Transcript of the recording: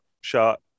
shot